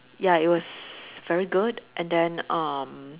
ya it was very good and then um